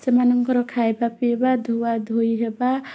ସେମାନଙ୍କର ଖାଇବା ପିଇବା ଧୁଆଧୋଇ ହେବା